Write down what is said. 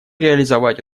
реализовать